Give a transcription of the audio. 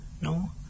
no